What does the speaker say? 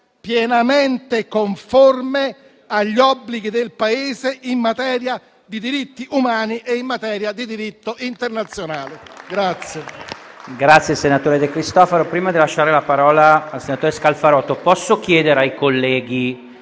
pienamente conforme agli obblighi del Paese in materia di diritti umani e di diritto internazionale.